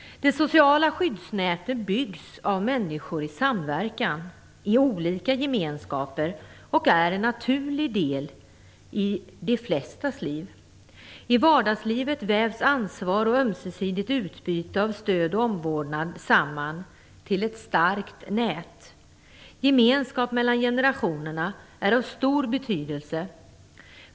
Det sociala skyddsnätet vävs av människor i samverkan i olika gemenskaper och är en naturlig del i de flestas liv. I vardagslivet vävs ansvar och ömsesidigt utbyte av stöd och omvårdnad samman till ett starkt nät. Gemenskap mellan generationerna är av stor betydelse.